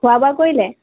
খোৱা বোৱা কৰিলে